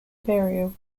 burial